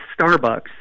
starbucks